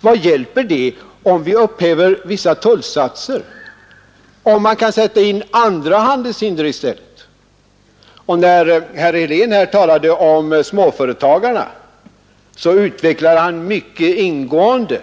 Vad hjälper det att upphäva vissa tullsatser om man kan sätta in andra handelshinder i stället? När herr Helén talade om småföretagarna utvecklade han mycket ingående